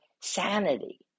sanity